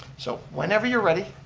so, whenever you're ready,